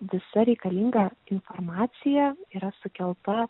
visa reikalinga informacija yra sukelta